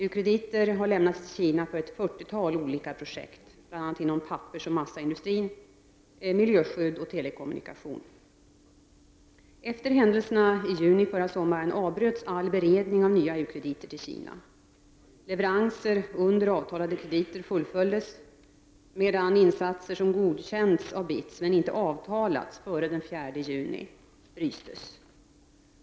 U-krediter har lämnats till Kina för ett 40-tal olika projekt, bl.a. inom pappersoch massaindustrin, miljöskydd och telekomunikation. Efter händelserna i juni förra sommaren avbröts all beredning av nya u-krediter till Kina. Leveranser under avtalade krediter fullföjdes, medan insatser som godkänts av BITS, men inte avtalats före den 4 juni, frystes.